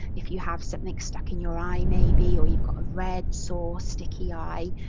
if you have something stuck in your eye maybe or you've got a red sore sticky eye,